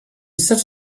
such